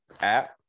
app